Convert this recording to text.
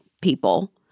people